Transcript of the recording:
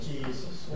Jesus